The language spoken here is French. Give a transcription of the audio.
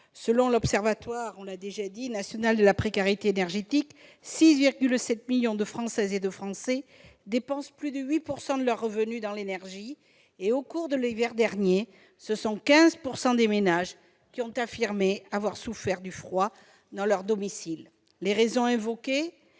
Selon l'Observatoire national de la précarité énergétique, 6,7 millions de Françaises et Français dépensent plus de 8 % de leurs revenus dans l'énergie. Au cours de l'hiver dernier, 15 % des ménages ont affirmé avoir souffert du froid dans leur domicile. Les raisons évoquées ?